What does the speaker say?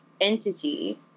entity